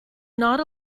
not